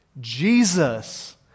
Jesus